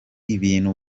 ibintu